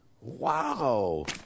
Wow